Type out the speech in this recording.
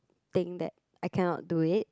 think that I cannot do it